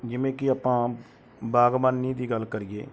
ਜਿਵੇਂ ਕਿ ਆਪਾਂ ਬਾਗਬਾਨੀ ਦੀ ਗੱਲ ਕਰੀਏ